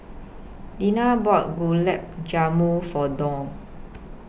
Dina bought Gulab Jamun For Doug